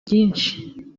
byinshi